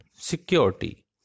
Security